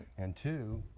and, two,